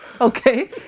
Okay